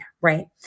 Right